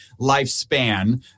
lifespan